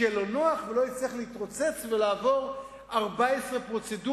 שיהיה לו נוח והוא לא יצטרך להתרוצץ ולעבור 14 פרוצדורות,